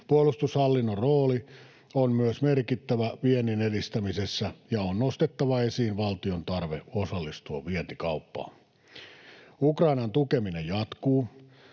Puolustushallinnon rooli on merkittävä myös viennin edistämisessä, ja on nostettava esiin valtion tarve osallistua vientikauppaan. Ukrainan tukeminen jatkuu.